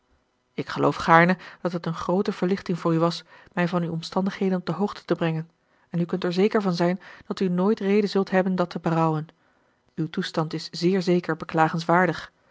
ik geloof gaarne dat het een groote verlichting voor u was mij van uw omstandigheden op de hoogte te brengen en u kunt er zeker van zijn dat u nooit reden zult hebben dat te berouwen uw toestand is zeer zeker